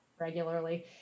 regularly